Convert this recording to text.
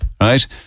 right